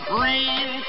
Green